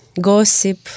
gossip